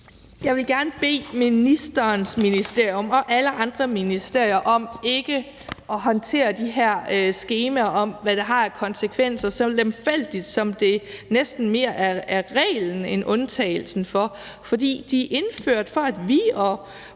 Jeg vil gerne bede ministerens ministerium og alle andre ministerier om, at man ikke håndterer de her skemaer om, hvad det har af konsekvenser, så lemfældigt, som det næsten mere er reglen end undtagelsen at det sker. For de er indført, for at vi og